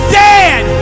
dead